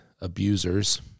abusers